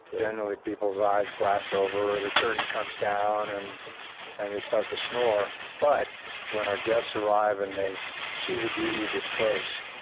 generally people's eyes glass over or the curtain comes down and and they start to snore. but when our guests arrive and they see the beauty of this place,